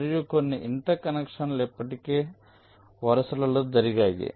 మరియు కొన్ని ఇంటర్ కనెక్షన్లు ఇప్పటికే వరుసలలో జరిగాయి